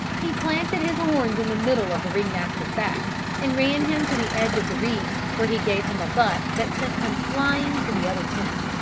he planted his horns in the middle of the ring-master's back and ran him to the edge of the ring where he gave him a butt that sent him flying to the other tent.